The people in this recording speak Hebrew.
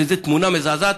שזו תמונה מזעזעת.